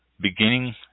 beginning